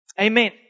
Amen